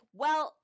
Well